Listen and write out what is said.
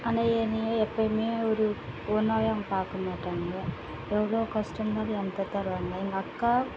ஆனால் என்னையை எப்போயுமே ஒரு ஒன்றாவே அவங்க பார்க்கமாட்டாங்க எவ்வளோ கஷ்டம் இருந்தாலும் என்கிட்ட தருவாங்க எங்கள் அக்கா